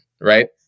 right